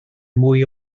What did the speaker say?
mwy